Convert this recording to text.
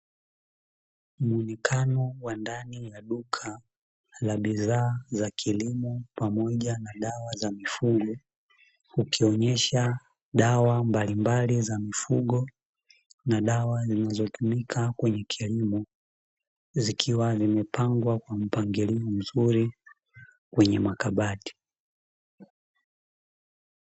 Muonekano wa ndani ya duka la bidhaa za kilimo pamoja na dawa za mifugo, ukionyesha dawa mbalimbali za mifugo na dawa zinazotumika kwenye kilimo zikiwa zimepangwa kwa mpangilio mzuri kwenye makabati.